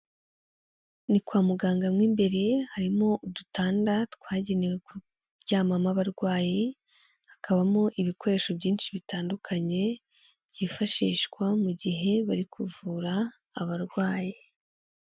Ni kwa muganga mo imbere, harimo udutanda twagenewe kuryamamo abarwayi, hakabamo ibikoresho byinshi bitandukanye byifashishwa mu gihe bari kuvura abarwayi.